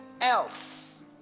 else